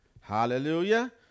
Hallelujah